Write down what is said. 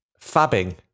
Fabbing